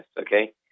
okay